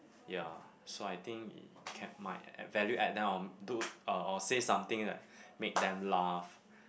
ya so I think can my value add on do uh or say something that make them laugh